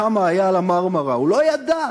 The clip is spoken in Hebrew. כמה היה על ה"מרמרה" הוא לא ידע.